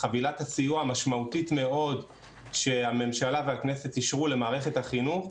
חבילת הסיוע המשמעותית מאוד שהממשלה והכנסת אישרו למערכת החינוך,